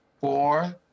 four